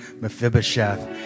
Mephibosheth